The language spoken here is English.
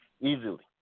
easily